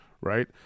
right